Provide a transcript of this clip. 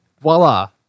Voila